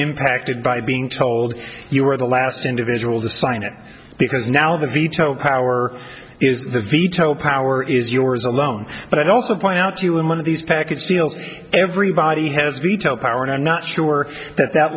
impacted by being told you are the last individual to sign it because now the veto power is the veto power is yours alone but i'd also point out to you in one of these package deals everybody has veto power and i'm not sure that that